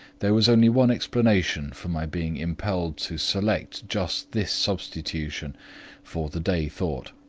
there was only one explanation for my being impelled to select just this substitution for the day thought.